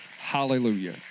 Hallelujah